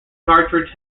cartridge